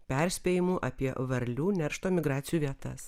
perspėjimų apie varlių neršto migracijų vietas